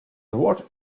what